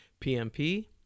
PMP